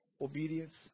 obedience